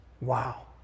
Wow